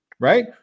Right